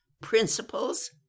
principles